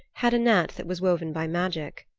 had a net that was woven by magic.